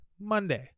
Monday